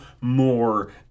more